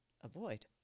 avoid